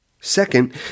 Second